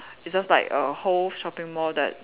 it's just like a whole shopping mall that